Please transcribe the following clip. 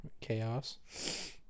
chaos